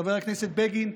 חבר הכנסת בגין,